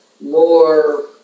more